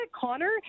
Connor